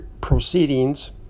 proceedings